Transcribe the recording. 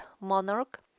monarch